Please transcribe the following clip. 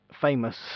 famous